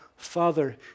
Father